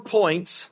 points